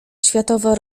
światowa